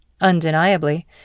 Undeniably